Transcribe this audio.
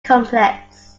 complex